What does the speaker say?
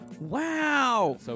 Wow